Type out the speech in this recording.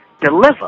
deliver